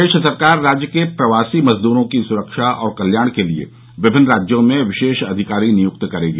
प्रदेश सरकार राज्य के प्रवासी मजदूरों की सुरक्षा और कल्याण के लिए विभिन्न राज्यों में विशेष अधिकारी नियुक्त करेगी